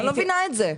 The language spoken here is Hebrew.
אני לא מבינה את זה.